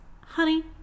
honey